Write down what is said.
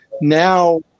now